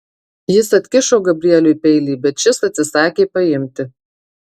jis atkišo gabrieliui peilį bet šis atsisakė paimti